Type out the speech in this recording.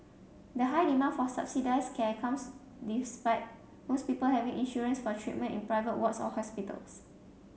the high demand for subsidised care comes despite most people having insurance for treatment in private wards or hospitals